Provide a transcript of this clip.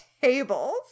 Tables